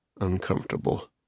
uncomfortable